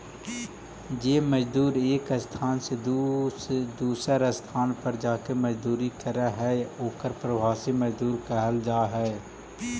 जे मजदूर एक स्थान से दूसर स्थान पर जाके मजदूरी करऽ हई ओकर प्रवासी मजदूर कहल जा हई